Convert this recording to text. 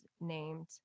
named